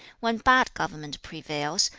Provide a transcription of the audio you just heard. when bad government prevails,